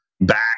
back